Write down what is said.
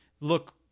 look